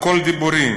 הכול דיבורים,